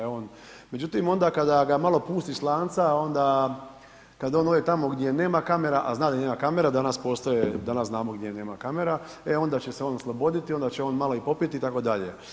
Međutim, onda kada ga malo pusti s lanca, onda kad on ode tamo gdje nema kamera, a zna gdje nema kamera, danas postoje, danas znamo gdje nema kamera, e onda će se on osloboditi, onda će on malo i popiti itd.